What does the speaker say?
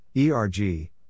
ERG